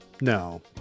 no